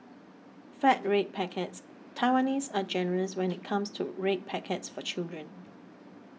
fat red packets Taiwanese are generous when it comes to red packets for children